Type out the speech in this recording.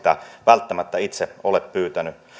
ei sitä välttämättä itse ole pyytänyt